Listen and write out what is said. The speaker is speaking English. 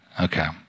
okay